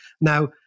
Now